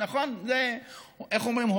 איך אומרים,